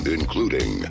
including